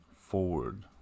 forward